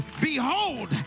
behold